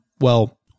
well-